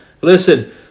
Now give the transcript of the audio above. Listen